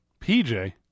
PJ